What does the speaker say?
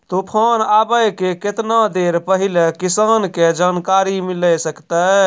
तूफान आबय के केतना देर पहिले किसान के जानकारी मिले सकते?